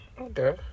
Okay